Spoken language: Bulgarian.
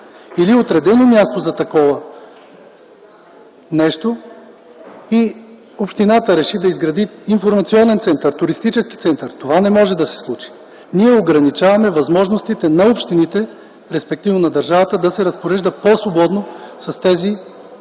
или отредено място за такова нещо и общината реши да изгради информационен туристически център, това не може да се случи. Ограничаваме възможностите на общините, респективно на държавата, да се разпореждат по-свободно с тези